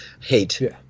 hate